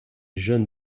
jeune